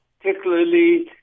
particularly